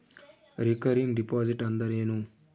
Recurring deposit ಅಂದರೇನು?